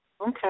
Okay